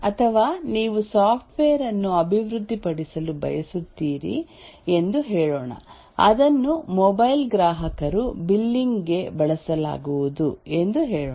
ಅಥವಾ ನೀವು ಸಾಫ್ಟ್ವೇರ್ ಅನ್ನು ಅಭಿವೃದ್ಧಿಪಡಿಸಲು ಬಯಸುತ್ತೀರಿ ಎಂದು ಹೇಳೋಣ ಅದನ್ನು ಮೊಬೈಲ್ ಗ್ರಾಹಕರು ಬಿಲ್ಲಿಂಗ್ ಗೆ ಬಳಸಲಾಗುವುದು ಎಂದು ಹೇಳೋಣ